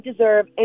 deserve